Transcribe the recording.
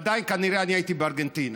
עדיין כנראה הייתי בארגנטינה.